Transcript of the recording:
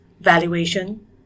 valuation